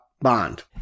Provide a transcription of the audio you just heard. bond